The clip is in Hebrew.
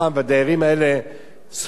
והדיירים האלה סובלים,